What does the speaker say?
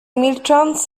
milcząc